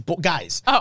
guys